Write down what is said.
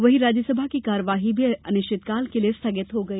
वहीं राज्यसभा की कार्यवाही भी अनिश्चिकाल के लिए स्थगित हो गई